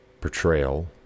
portrayal